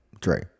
Dre